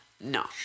No